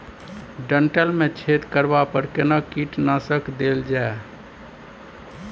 डंठल मे छेद करबा पर केना कीटनासक देल जाय?